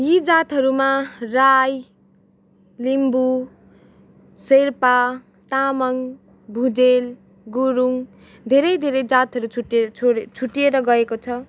यी जातहरूमा राई लिम्बु शेर्पा तामाङ भुजेल गुरुङ धेरै धेरै जातहरू छुट्टीए छोडेर छुट्टीएर गएको छ